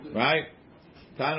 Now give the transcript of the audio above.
right